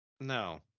No